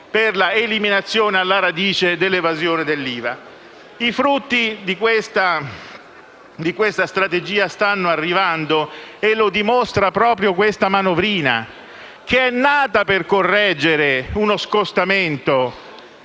per l'eliminazione alla radice dell'evasione dell'IVA. I frutti di questa strategia stanno arrivando e lo dimostra proprio questa manovrina, che è nata per correggere uno scostamento